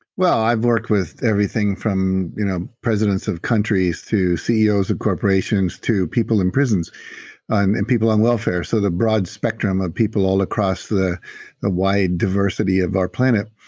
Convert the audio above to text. well, i've worked with everything from you know presidents of countries to ceos of corporations to people in prisons and people on welfare. so the broad spectrum of people all across the the wide diversity of our planet,